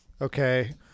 Okay